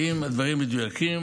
ואם הדברים מדויקים.